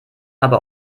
aber